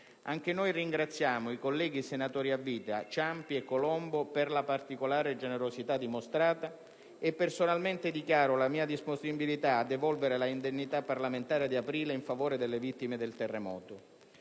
Anche noi ringraziamo i colleghi senatori a vita Ciampi e Colombo per la particolare generosità dimostrata e personalmente dichiaro la mia disponibilità a devolvere l'indennità parlamentare di aprile in favore delle vittime del terremoto.